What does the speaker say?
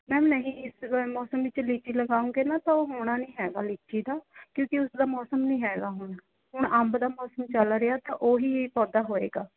ma'am ਨਹੀਂ ਇਸ ਮੌਸਮ ਵਿੱਚ ਲੀਚੀ ਲਗਾਉਗੇ ਨਾ ਤਾਂ ਉਹ ਹੋਣਾ ਨਹੀਂ ਹੈਗਾ ਲੀਚੀ ਦਾ ਕਿਉਂਕਿ ਉਸਦਾ ਮੌਸਮ ਨਹੀਂ ਹੈਗਾ ਹੁਣ ਹੁਣ ਅੰਬ ਦਾ ਮੌਸਮ ਚੱਲ ਰਿਹਾ ਤਾਂ ਉਹੀ ਹੀ ਪੌਦਾ ਹੋਏਗਾ